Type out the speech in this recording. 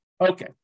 Okay